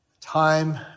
time